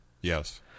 Yes